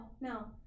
no